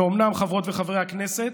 ואומנם, חברות וחברי הכנסת,